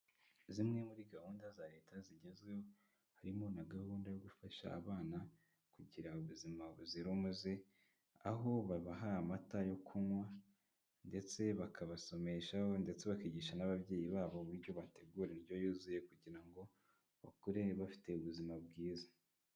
Zimwe muri gahunda za leta zigezweho, harimo na gahunda yo gufasha abana kugira ubuzima buzira umuze, aho babaha amata yo kunywa ndetse bakabasomeshaho ndetse bakigisha n'ababyeyi babo uburyo bategura indyo yuzuye kugira ngo, bakure bafite ubuzima bwiza.